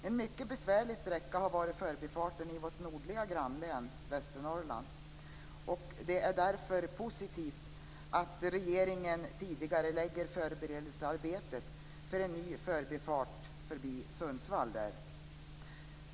En mycket besvärlig sträcka har varit förbifarten i vårt nordliga grannlän Västernorrland. Det är därför positivt att regeringen tidigarelägger förberedelsearbetet för en ny förbifart vid Sundsvall.